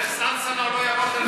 דרך סנסנה או לא יעבור דרך סנסנה.